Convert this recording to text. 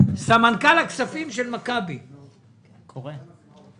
סמנכ"ל כספים במכבי שירותי בריאות, בבקשה.